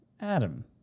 Adam